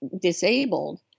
disabled